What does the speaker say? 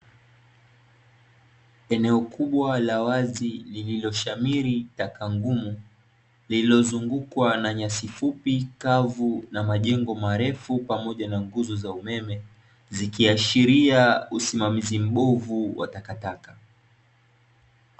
Eneo kubwa la wazi lililoshamiri taka ngumu, lililozungukwa na nyasi fupi, kavu na majengo marefu, pamoja na nguzo za umeme, zikiashiria usimamizi mbovu wa takataka.